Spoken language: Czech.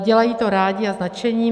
Dělají to rádi a s nadšením.